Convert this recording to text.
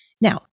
Now